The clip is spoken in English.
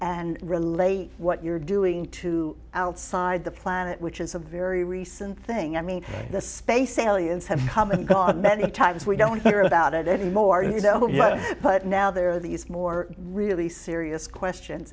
and relate what you're doing to outside the planet which is a very recent thing i mean the space aliens have come and god many times we don't hear about it anymore you know what but now there are these more really serious questions